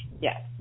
Yes